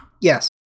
Yes